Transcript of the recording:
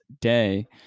day